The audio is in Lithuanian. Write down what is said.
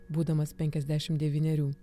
būdamas penkiasdešim devynerių